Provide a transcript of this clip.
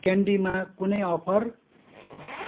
क्यान्डीमा कुनै अफर